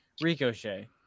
Ricochet